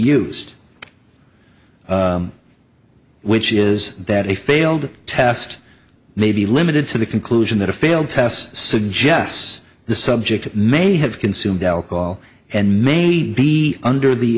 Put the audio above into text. used which is that a failed test may be limited to the conclusion that a failed test suggests the subject may have consumed alcohol and may be under the